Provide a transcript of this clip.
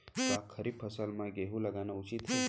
का खरीफ फसल म गेहूँ लगाना उचित है?